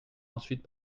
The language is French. ensuite